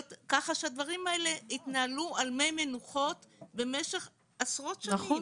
הדברים האלה התנהלו על מי מנוחות במשך עשרות שנים.